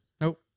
Nope